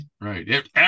Right